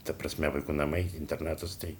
ta prasme vaikų namai internatas tai